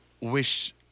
wish